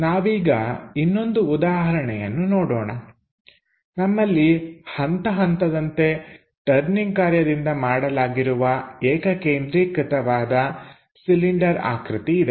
ನಾವೀಗ ಇನ್ನೊಂದು ಉದಾಹರಣೆಯನ್ನು ನೋಡೋಣ ನಮ್ಮಲ್ಲಿ ಹಂತ ಹಂತದಂತೆ ಟರ್ನಿಂಗ್ ಕಾರ್ಯದಿಂದ ಮಾಡಲಾಗಿರುವ ಏಕಕೇಂದ್ರೀಕೃತವಾದ ಸಿಲಿಂಡರ್ ಆಕೃತಿ ಇದೆ